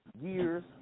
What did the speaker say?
years